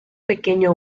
pequeño